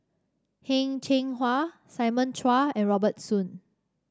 Heng Cheng Hwa Simon Chua and Robert Soon